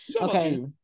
okay